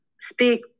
speak